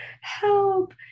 help